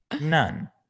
none